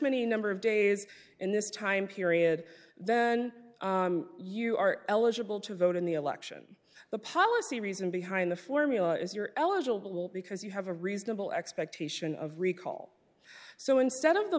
many number of days in this time period then you are eligible to vote in the election the policy reason behind the formula is you're eligible because you have a reasonable expectation of recall so instead of the